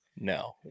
No